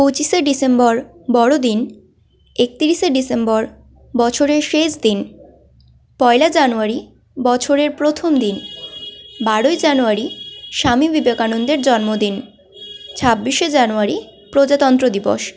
পঁচিশে ডিসেম্বর বড়দিন একত্রিশে ডিসেম্বর বছরের শেষ দিন পয়লা জানুয়ারি বছরের প্রথম দিন বারোই জানুয়ারি স্বামী বিবেকানন্দের জন্মদিন ছাব্বিশে জানুয়ারি প্রজাতন্ত্র দিবস